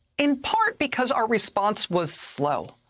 in part because our response was slow.